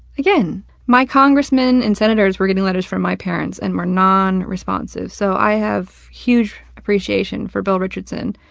again, my congressman and senators were getting letters from my parents and were non-responsive, so i have huge appreciation for bill richardson.